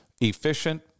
efficient